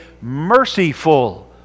merciful